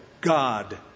God